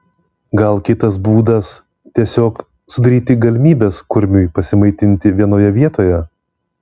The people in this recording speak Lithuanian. gal kitas būdas tiesiog sudaryti galimybes kurmiui pasimaitinti vienoje vietoje